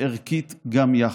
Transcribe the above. וערכית גם יחד.